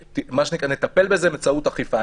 נטפל בזה באמצעות אכיפה.